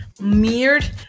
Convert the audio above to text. mirrored